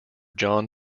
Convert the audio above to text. john